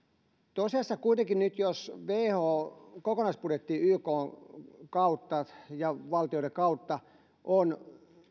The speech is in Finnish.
tosiasiassa kuitenkin nyt jos whon kokonaisbudjetti ykn kautta ja valtioiden kautta on